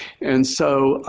and so,